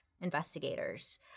investigators